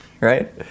right